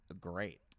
great